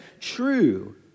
true